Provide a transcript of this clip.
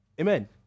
Amen